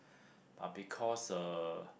but because uh